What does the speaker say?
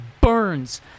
burns